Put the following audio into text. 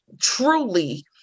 truly